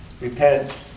repent